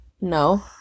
No